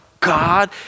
God